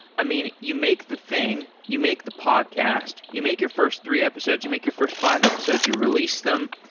i mean, you make the thing, you make the podcast, you make your first three episodes, you make your first five episodes, you release them.